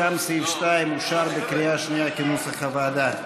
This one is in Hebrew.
גם סעיף 2 אושר בקריאה שנייה כנוסח הוועדה.